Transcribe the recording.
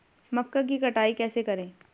मक्का की कटाई कैसे करें?